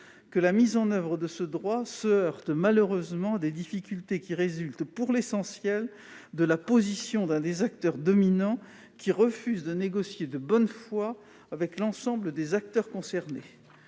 que la mise en oeuvre de ce droit se heurte malheureusement à des difficultés qui résultent pour l'essentiel de la position de l'un des acteurs dominants, qui refuse de négocier de bonne foi avec l'ensemble des acteurs concernés.